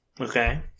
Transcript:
Okay